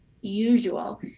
usual